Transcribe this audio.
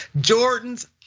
Jordan's